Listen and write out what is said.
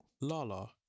Lala